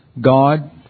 God